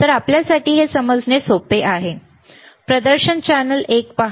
तर आपल्यासाठी हे समजणे सोपे आहे प्रदर्शन चॅनेल एक पहा